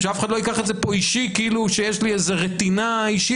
שאף אחד לא ייקח את זה פה אישית כאילו שיש לי איזה רטינה אישית,